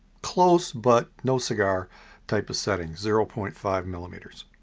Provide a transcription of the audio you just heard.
close but no cigar type of setting, zero point five millimeters.